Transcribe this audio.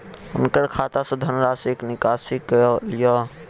हुनकर खाता सॅ धनराशिक निकासी कय लिअ